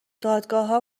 دادگاهها